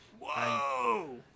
Whoa